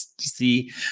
see